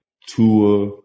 Tua